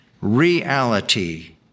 reality